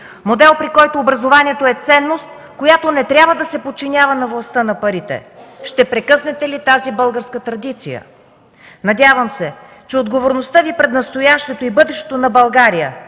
модел, при който образованието е ценност, която не трябва да се подчинява на властта на парите. Ще прекъснете ли тази българска традиция?! Надявам се, че отговорността Ви пред настоящето и бъдещето на България